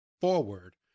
forward